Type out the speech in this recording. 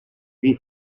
qui